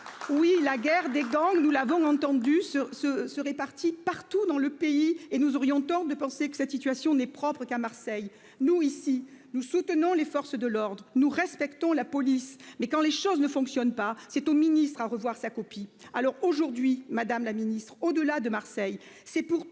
Oui, la guerre des gangs. Nous l'avons entendu sur ce ce réparties partout dans le pays et nous aurions tort de penser que cette situation n'est propre qu'à Marseille nous ici, nous soutenons les forces de l'ordre. Nous respectons la police mais quand les choses ne fonctionnent pas. C'est au ministre à revoir sa copie. Alors aujourd'hui Madame la Ministre au-delà de Marseille. C'est pour